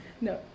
No